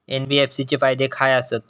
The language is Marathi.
एन.बी.एफ.सी चे फायदे खाय आसत?